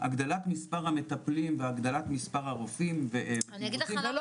הגדלת מספר המטפלים והגדלת מספר הרופאים --- לא,